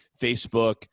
facebook